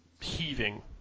heaving